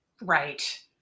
Right